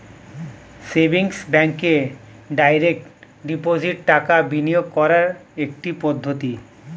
savings ব্যাঙ্কে direct deposit টাকা বিনিয়োগ করার একটি পদ্ধতি